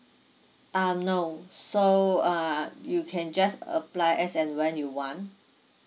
um no so uh you can just apply as and when you want